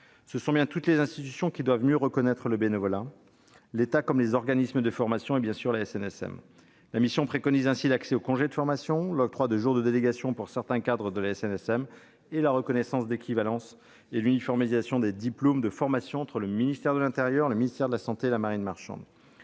Ce sont bien toutes les institutions qui doivent mieux reconnaître le bénévolat, l'État comme les organismes de formation et, bien sûr, la SNSM. La mission préconise ainsi l'accès aux congés de formation, l'octroi de jours de délégation pour certains cadres de la SNSM, la reconnaissance d'équivalence et l'uniformisation des diplômes de formation entre le ministère de l'intérieur, le ministère de la santé et la marine marchande.